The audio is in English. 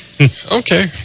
Okay